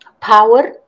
power